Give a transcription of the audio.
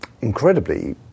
incredibly